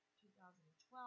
2012